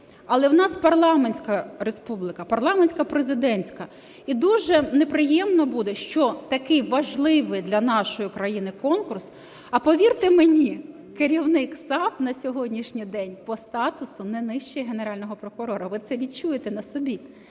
Але в нас парламентська республіка, парламентсько-президентська і дуже неприємно буде, що такий важливий для нашої країни конкурс, а повірте мені, керівник САП на сьогоднішній день по статусу не нижче Генерального прокурора, ви це відчуєте на собі.